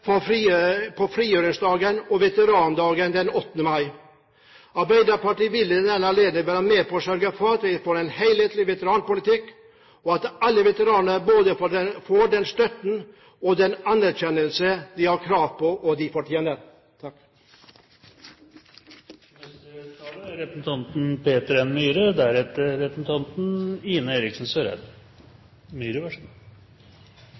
på frigjøringsdagen og veterandagen den 8. mai. Arbeiderpartiet vil i den anledning være med på å sørge for at vi får en helhetlig veteranpolitikk, og at alle veteraner får både den støtten og den anerkjennelsen de har krav på og